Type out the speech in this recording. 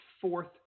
fourth